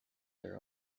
their